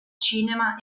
cinema